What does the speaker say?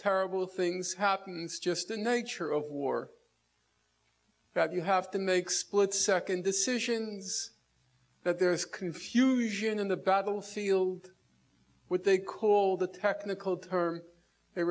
terrible things happen it's just the nature of war that you have to make split second decisions that there is confusion in the battlefield what they call the technical term they